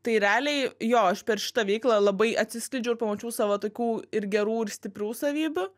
tai realiai jo aš per šitą veiklą labai atsiskleidžiau ir pamačiau savo tokių ir gerų ir stiprių savybių